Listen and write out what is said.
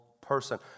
person